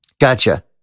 Gotcha